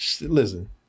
listen